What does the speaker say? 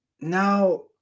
now